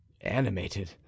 animated